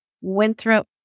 Winthrop